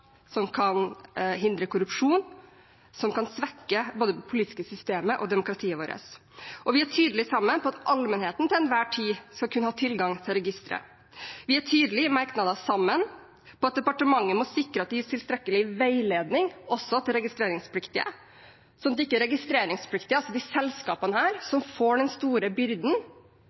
som kan hindre korrupsjon, som kan svekke både det politiske systemet og demokratiet vårt. Vi er sammen tydelige om at allmennheten til enhver tid skal kunne ha tilgang til registeret. Vi er sammen tydelige i merknader på at departementet må sikre at det gis tilstrekkelig veiledning, også til registreringspliktige, sånn at det ikke er de registreringspliktige, selskapene, som får den store byrden,